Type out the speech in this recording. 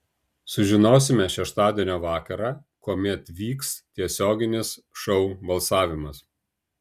sužinosime šeštadienio vakarą kuomet vyks tiesioginis šou balsavimas